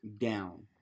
down